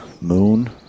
moon